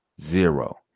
Zero